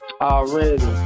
Already